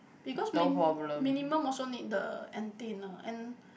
because min~ minimum also need the antenna and